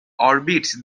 orbits